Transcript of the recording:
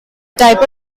type